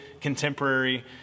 contemporary